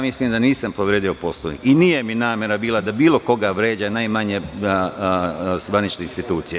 Mislim da nisam povredio Poslovnik i nije mi namera bila da bilo koga vređam, najmanje zvanične institucije.